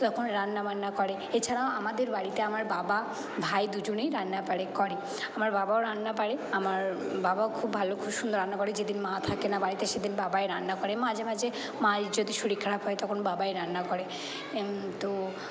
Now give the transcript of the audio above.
তখন রান্না বান্না করে এছাড়াও আমাদের বাড়িতে আমার বাবা ভাই দুজনেই রান্না পারে করে আমার বাবাও রান্না পারে আমার বাবাও খুব ভালো খুব সুন্দর রান্না করে যেদিন মা থাকে না বাড়িতে সেদিন বাবাই রান্না করে মাঝে মাঝে মায়ের যদি শরীর খারাপ হয় তখন বাবাই রান্না করে তো